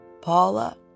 Paula